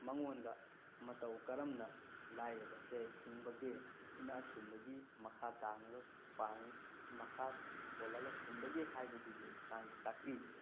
ꯃꯉꯣꯟꯗ ꯃꯇꯧ ꯀꯔꯝꯅ ꯂꯥꯏꯔꯕꯁꯦ ꯍꯤꯡꯕꯒꯦ ꯏꯅꯥꯛꯈꯨꯟꯕꯒꯤ ꯃꯈꯥ ꯇꯥꯡꯉꯒ ꯃꯈꯥ ꯄꯣꯜꯂꯒ ꯍꯤꯡꯕꯒꯦ ꯍꯥꯏꯕꯗꯨꯒꯤ ꯃꯇꯥꯡꯗ ꯇꯥꯛꯄꯤ